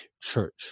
Church